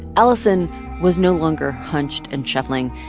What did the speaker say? alison was no longer hunched and shuffling.